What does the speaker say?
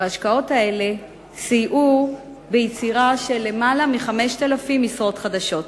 ההשקעות האלה סייעו ביצירה של למעלה מ-5,000 משרות חדשות.